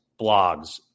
blogs